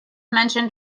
mentioned